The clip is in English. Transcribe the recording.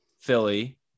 Philly